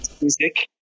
music